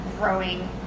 growing